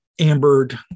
ambered